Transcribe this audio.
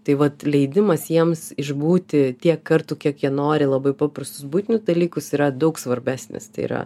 tai vat leidimas jiems išbūti tiek kartų kiek jie nori labai paprastus buitinius dalykus yra daug svarbesnis tai yra